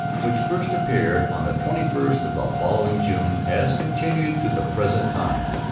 which first appeared on the twenty first of the following june, has continued to the present time,